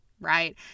Right